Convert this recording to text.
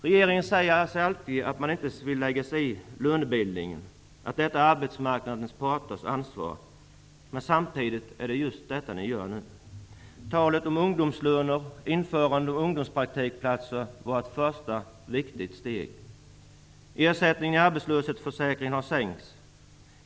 Regeringen säger alltid att man inte vill lägga sig i lönebildningen, att detta är arbetsmarknadsparternas ansvar. Men samtidigt är det just detta ni gör! Talet om ungdomslöner och införande av ungdomspraktikplatser var ett första viktigt steg. Ersättningen i arbetslöshetsförsäkringen har sänkts.